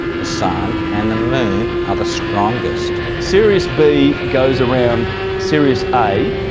the sun and the moon are the strongest. sirius b goes around sirius a,